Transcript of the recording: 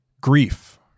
grief